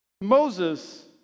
Moses